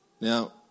Now